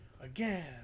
Again